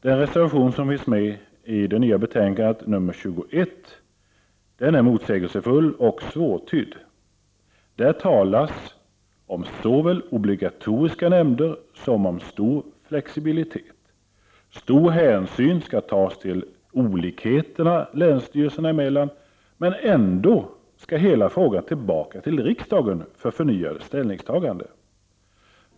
Den reservation som finns med i det nya betänkandet, reservation nr 21, är motsägelsefull och svårtydd. Där talas såväl om obligatoriska nämnder som om stor flexibilitet. Stor hänsyn skall tas till olikheterna länsstyrelserna emellan, men ändå skall hela frågan tillbaka till riksdagen för förnyat ställningstagande.